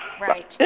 Right